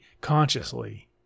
consciously